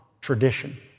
tradition